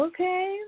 Okay